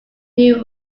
new